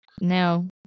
now